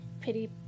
Pity